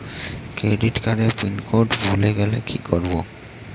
Credit কার্ডের pin code ভুলে গেলে কি করব?